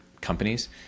companies